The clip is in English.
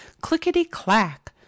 clickety-clack